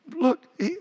Look